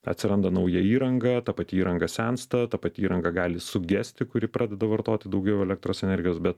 atsiranda nauja įranga ta pati įranga sensta ta pati įranga gali sugesti kuri pradeda vartoti daugiau elektros energijos bet